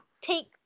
take